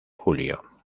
julio